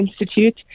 Institute